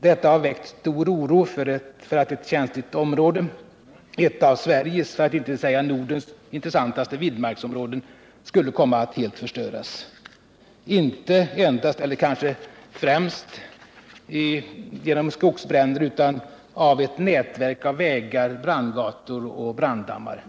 Detta har väckt stor oro för att ett känsligt område — ett av Sveriges, för att inte säga Nordens, intressantaste vildmarksområden — skulle komma att helt förstöras, kanske inte främst genom skogsbränder utan av ett nätverk av vägar, brandgator och branddammar.